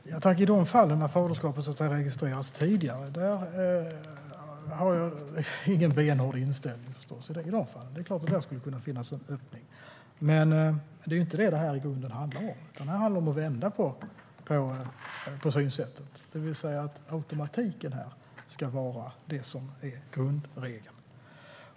Herr talman! När det gäller de fall där faderskapet registrerats tidigare har jag förstås ingen benhård inställning. Det är klart att det där skulle kunna finnas en öppning. Men det är inte det som det här i grunden handlar om, utan det handlar om att vända på synsättet, det vill säga att automatiken här ska vara det som är grundregeln.